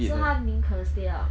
so 他宁可 stay out then